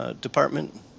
Department